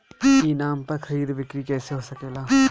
ई नाम पर खरीद बिक्री कैसे हो सकेला?